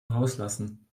rauslassen